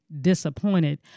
disappointed